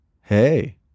hey